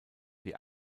die